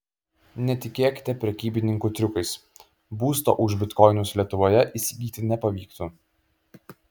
netikėkite prekybininkų triukais būsto už bitkoinus lietuvoje įsigyti nepavyktų